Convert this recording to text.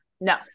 No